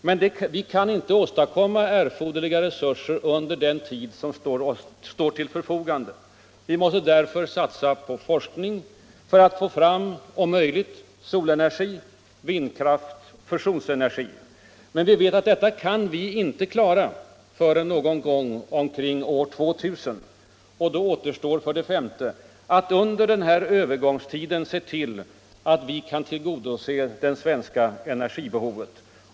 Men vi kan inte åstadkomma de resurser vi behöver under den tid som står till förfogande. Därför måste vi satsa på forskning för att om möjligt få fram solenergi, vindkraft, fusionsenergi. Men vi vet att detta kan vi inte klara förrän någon gång omkring år 2000. Då återstår, för det femte, att under denna övergångstid se till att vi kan tillgodose det svenska energibehovet.